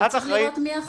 צריך לראות מי אחראי.